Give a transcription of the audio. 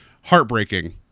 heartbreaking